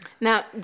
Now